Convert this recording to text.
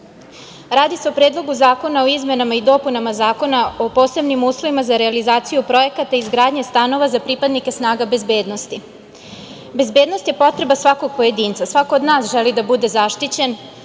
Radi se o Predlogu zakona o izmenama i dopunama Zakona o posebnim uslovima za realizaciju projekata izgradnje stanova za pripadnike snaga bezbednosti. Bezbednost je potreba svakog pojedinca, svako od nas želi da bude zaštićen,